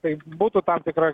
tai būtų tam tikras